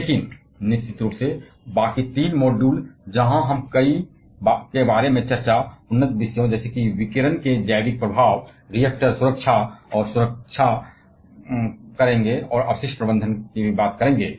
लेकिन निश्चित रूप से बाकी तीन मॉड्यूल जहां हम कई उन्नत विषयों जैसे कि विकिरण के जैविक प्रभाव रिएक्टर सुरक्षा और सुरक्षा और अपशिष्ट प्रबंधन के बारे में चर्चा करेंगे